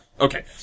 Okay